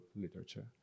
literature